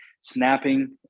snapping